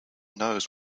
knows